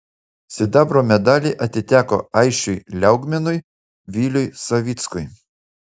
sidabro medaliai atiteko aisčiui liaugminui viliui savickui